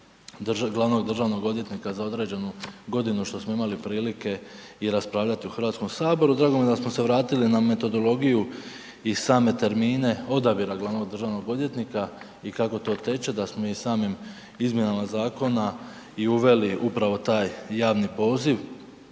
glavnog državnog odvjetnika za određenu godinu što smo imali prilike i raspravljati u Hrvatskom saboru, drago mi je da smo se vratili na metodologiju i same termine odabira glavnog državnog odvjetnika i kako to teče, da smo i samim izmjenama zakona i uveli upravo taj javni poziv